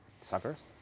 suckers